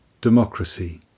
democracy